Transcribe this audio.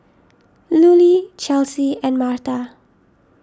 Lulie Chelsy and Martha